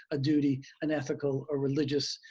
a duty, an ethical or religious